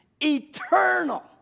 eternal